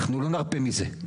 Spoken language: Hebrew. אנחנו לא נרפה מזה,